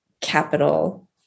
capital